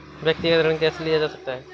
व्यक्तिगत ऋण कैसे लिया जा सकता है?